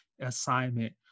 assignment